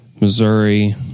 Missouri